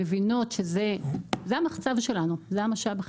הן מבינות שהמוח היהודי זה המחצב שלנו,